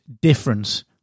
difference